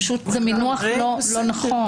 המינוח לא נכון.